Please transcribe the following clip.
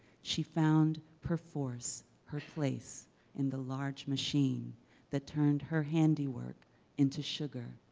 she found perforce her place in the large machine that turned her handiwork into sugar,